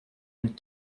and